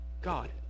God